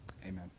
Amen